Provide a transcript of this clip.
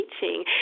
teaching